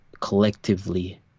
collectively